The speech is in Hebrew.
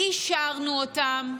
אישרנו אותן,